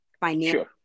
financial